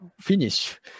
finish